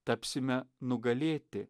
tapsime nugalėti